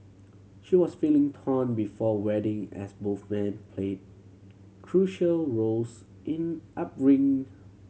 she was feeling torn before wedding as both man played crucial roles in upbringing